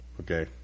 Okay